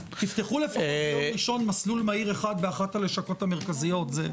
תפתחו לפחות ביום ראשון מסלול מהיר אחד באחת הלשכות המרכזיות.